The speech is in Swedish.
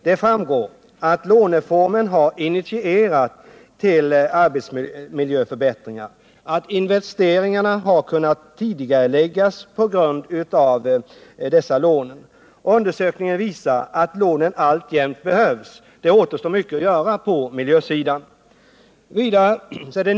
Det framgår att låneformen har initierat arbetsmiljöförbättringar, att investeringar har kunnat tidigareläggas tack vare dessa lån. Undersökningen visar att lånen alltjämt behövs. Det återstår mycket att göra på miljösidan.